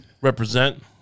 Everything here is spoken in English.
Represent